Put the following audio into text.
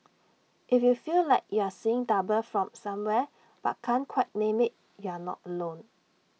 if you feel like you're seeing double from somewhere but can't quite name IT you're not alone